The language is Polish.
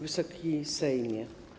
Wysoki Sejmie!